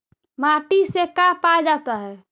माटी से का पाया जाता है?